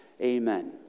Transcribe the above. Amen